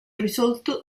risolto